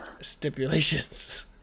stipulations